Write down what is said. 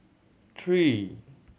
three